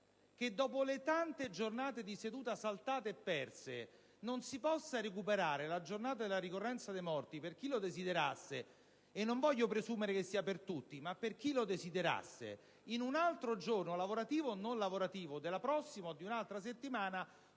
che, dopo le tante giornate di seduta saltate e perse, non si possa recuperare la ricorrenza dei morti, per chi lo desiderasse (non voglio presumere che ciò valga per tutti), in un altro giorno, lavorativo o non lavorativo, della prossima o di un'altra settimana,